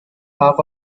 half